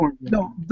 No